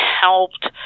helped